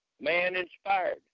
man-inspired